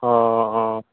অঁ অঁ